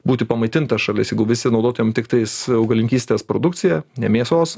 būti pamaitinta šalis jeigu visi naudotumėm tiktais augalininkystės produkciją ne mėsos